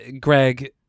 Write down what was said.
greg